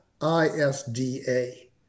I-S-D-A